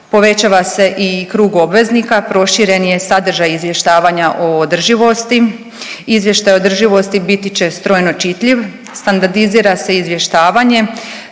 povećava se i krug obveznika, proširen je sadržaj izvještavanja o održivosti. Izvještaj održivosti biti će strojno čitljiv. Standardizira se izvještavanje